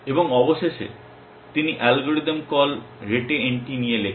এবং অবশেষে তিনি অ্যালগরিদম কল rete NT নিয়ে লেখেন